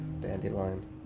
Dandelion